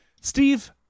steve